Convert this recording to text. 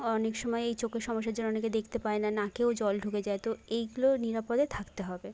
অনেক সময় এই চোখের সমস্যার জন্য অনেকে দেখতে পায় না নাকেও জল ঢুকে যায় তো এইগুলো নিরাপদে থাকতে হবে